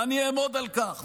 ואני גם אעמוד עלך כך,